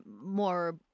more